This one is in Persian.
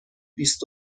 بیست